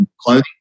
clothing